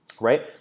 right